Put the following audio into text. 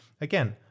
again